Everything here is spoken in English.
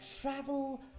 travel